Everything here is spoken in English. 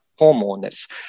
homeowners